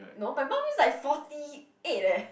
no my mum is like forty eight leh